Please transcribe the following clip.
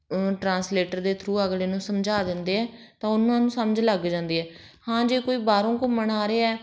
translator ਦੇ through ਅਗਲੇ ਨੂੰ ਸਮਝਾ ਦਿੰਦੇ ਹੈ ਤਾਂ ਉਹਨਾਂ ਨੂੰ ਸਮਝ ਲੱਗ ਜਾਂਦੀ ਹੈ ਹਾਂ ਜੇ ਕੋਈ ਬਾਹਰੋਂ ਘੁੰਮਣ ਆ ਰਿਹਾ